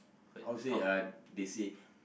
how to say uh they say